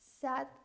sad